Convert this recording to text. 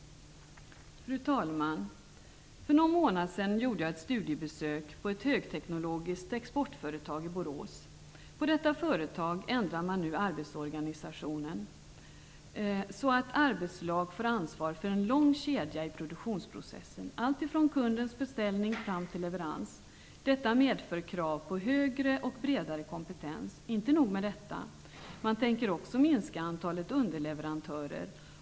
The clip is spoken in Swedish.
Fru talman! För någon månad sedan gjorde jag ett studiebesök på ett högteknologiskt exportföretag i Borås. På detta företag ändrar man nu arbetsorganisationen så att arbetslag får ansvar för en lång kedja i produktionsprocessen, alltifrån kundens beställning fram till leverans. Detta medför krav på högre och bredare kompetens. Inte nog med detta - man tänker också minska antalet underleverantörer.